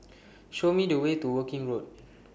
Show Me The Way to Woking Road